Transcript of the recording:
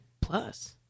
Plus